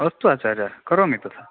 अस्तु आचार्यः करोमि तथा